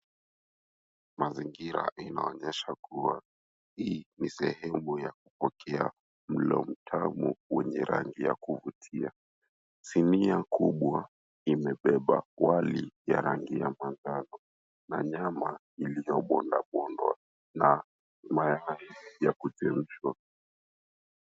Mazingira inaonyesha kuwa hii ni sehemu ya kupikia mlo mtamu wenye rangi ya kuvutia. Sinia kubwa imebeba wali ya rangi ya manjano na nyama iliyobondwabondwa na mayai ya kuchemshwa.